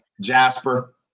Jasper